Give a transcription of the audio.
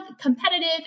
competitive